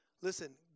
Listen